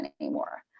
anymore